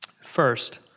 First